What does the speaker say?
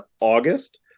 August